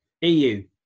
EU